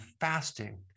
fasting